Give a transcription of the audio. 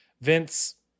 Vince